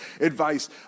advice